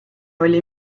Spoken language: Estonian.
oli